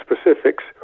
specifics